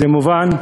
זה מובן,